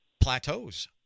plateaus